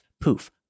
Poof